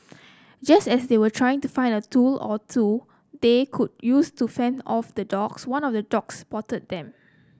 just as they were trying to find a tool or two they could use to fend off the dogs one of the dogs spotted them